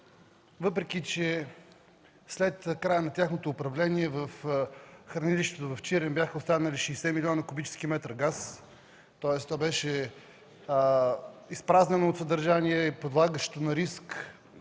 България. След края на тяхното управление в хранилището в Чирен бяха останали 60 милиона кубически метра газ, тоест то беше изпразнено от съдържание и подлагащо на риск